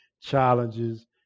challenges